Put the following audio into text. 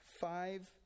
five